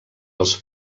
els